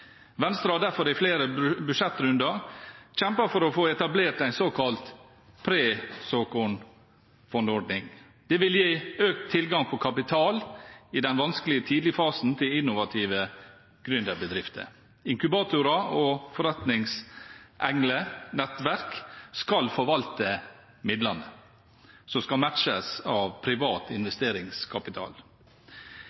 Venstre har derfor i flere budsjettrunder kjempet for å få etablert en såkalt presåkornfondordning. Det vil gi økt tilgang på kapital i den vanskelige tidligfasen til innovative gründerbedrifter. Inkubatorer og nettverk av forretningsengler skal forvalte midlene, som skal matches av privat